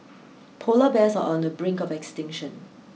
polar bears are on the brink of extinction